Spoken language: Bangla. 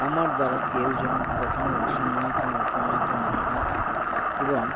আমার দ্বারা কেউ যেন কখনো অসম্মানিত অপমানিত না হয় এবং